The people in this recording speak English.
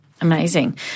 amazing